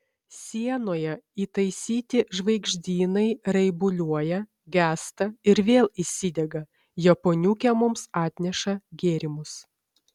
sienoje įtaisyti žvaigždynai raibuliuoja gęsta ir vėl įsidega japoniukė mums atneša gėrimus